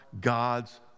God's